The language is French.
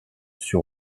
sur